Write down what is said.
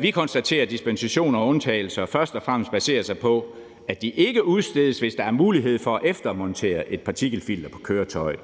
Vi konstaterer, at dispensation og undtagelser først og fremmest baserer sig på, at de ikke udstedes, hvis der er mulighed for at eftermontere et partikelfilter på køretøjet.